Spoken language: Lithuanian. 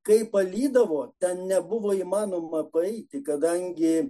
kai palydavo ten nebuvo įmanoma paeiti kadangi